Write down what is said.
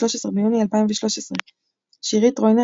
13 ביוני 2013 שירית טרוינר,